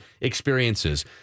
experiences